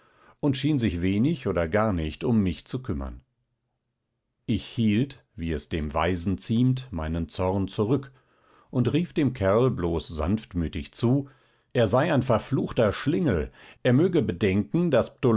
und schien sich wenig oder gar nicht um mich zu kümmern ich hielt wie es dem weisen ziemt meinen zorn zurück und rief dem kerl bloß sanftmütig zu er sei ein verfluchter schlingel er möge bedenken daß